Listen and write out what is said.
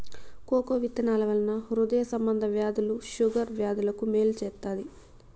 cocoa విత్తనాల వలన హృదయ సంబంధ వ్యాధులు షుగర్ వ్యాధులకు మేలు చేత్తాది